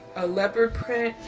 a leopard print,